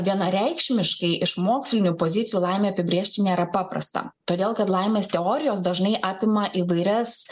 vienareikšmiškai iš mokslinių pozicijų laimę apibrėžti nėra paprasta todėl kad laimės teorijos dažnai apima įvairias